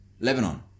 Lebanon